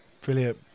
Brilliant